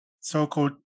so-called